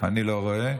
אני לא רואה.